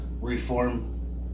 reform